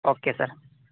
okay sir